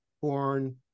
born